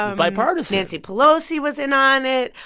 um bipartisan nancy pelosi was in on it.